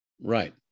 Right